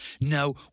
No